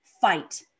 fight